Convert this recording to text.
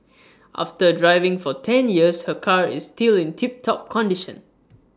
after driving for ten years her car is still in tip top condition